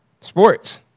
sports